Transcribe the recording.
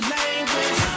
language